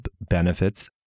benefits